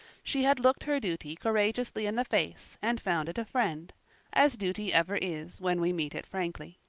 she had looked her duty courageously in the face and found it a friend as duty ever is when we meet it frankly.